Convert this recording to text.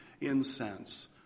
incense